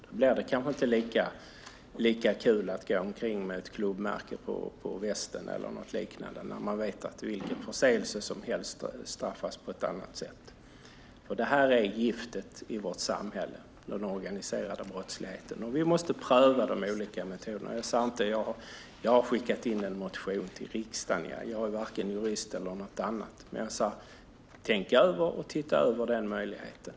Då blir det kanske inte lika kul att gå omkring med ett klubbmärke på västen eller något liknande, när man vet att vilken förseelse som helst kommer att straffas på annat sätt då. Detta är giftet i vårt samhälle - den organiserade brottsligheten. Vi måste pröva de olika metoderna. Jag har lämnat in en motion till riksdagen. Jag är varken jurist eller något annat, men jag har sagt: Tänk över och titta över den här möjligheten!